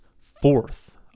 fourth